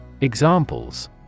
Examples